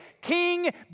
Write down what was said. King